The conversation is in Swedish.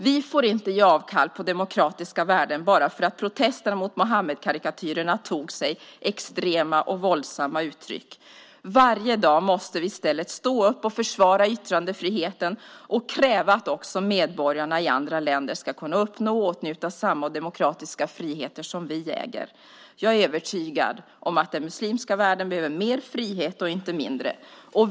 Vi får inte ge avkall på demokratiska värden bara för att protesterna mot Muhammedkarikatyrerna tog sig extrema och våldsamma uttryck. Varje dag måste vi i stället stå upp och försvara yttrandefriheten och kräva att också medborgare i andra länder ska kunna uppnå och åtnjuta samma demokratiska friheter som vi äger. Jag är övertygad om att den muslimska världen behöver mer frihet och inte mindre.